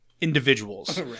individuals